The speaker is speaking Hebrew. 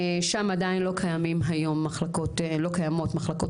שם עדיין לא קיימות היום מחלקות נפרדות.